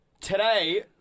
today